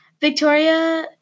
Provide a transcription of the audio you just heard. Victoria